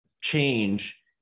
change